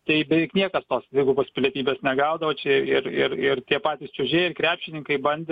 tai beveik niekas tos dvigubos pilietybės negaudavo čia ir ir ir tie patys čiuožėjai ir krepšininkai bandė